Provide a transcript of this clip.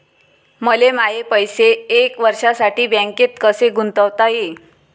मले माये पैसे एक वर्षासाठी बँकेत कसे गुंतवता येईन?